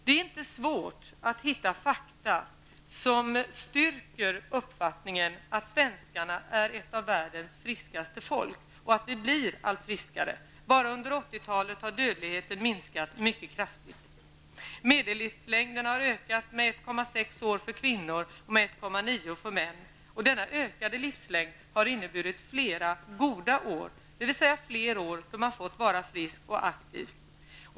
Det är inte svårt att hitta fakta som styrker uppfattningen att svenskarna är ett av världens friskaste folk och att vi blir allt friskare. Bara under 80-talet har dödligheten minskat mycket kraftigt. Medellivslängden har ökat med 1,6 år för kvinnor och 1,9 år för män. Denna ökade livslängd har inneburit flera goda år, dvs. flera år då man fått vara frisk och aktiv.